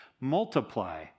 Multiply